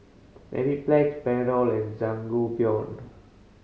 Mepiplex and Sangobion